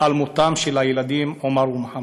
על מותם של הילדים עומר ומחמוד,